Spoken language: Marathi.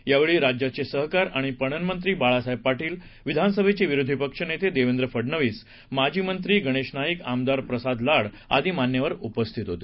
यावेळी राज्याचे सहकार आणि पणन मंत्री बाळासाहेब पाटील विधानसभेचे विरोधी पक्षनेते देवेंद्र फडणवीस माजी मंत्री गणेश नाईक आमदार प्रसाद लाड आदी मान्यवर उपस्थित होते